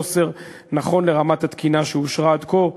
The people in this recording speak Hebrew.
נכון לרמת התקינה שאושרה עד כה.